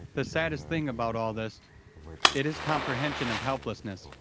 the saddest thing about all this it is comprehension of helplessness.